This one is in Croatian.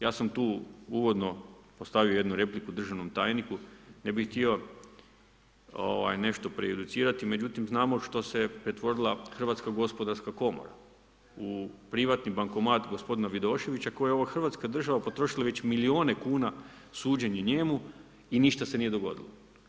Ja sam tu uvodno postavio jednu repliku državnom tajniku, ne bih htio nešto prejudicirati, međutim znamo u što se pretvorila Hrvatska gospodarska komora, u privatni bankomat gospodina Vidoševića na kojeg je ova Hrvatska država potrošila već milijune kuna suđenje njemu i ništa se nije dogodilo.